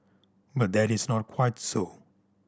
but that is not quite so